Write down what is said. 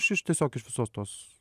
šis tiesiog iš visos tos